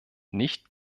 nicht